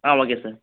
ah okay sir